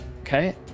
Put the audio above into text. Okay